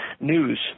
news